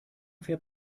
fährt